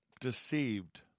deceived